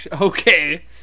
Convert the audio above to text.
okay